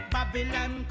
Babylon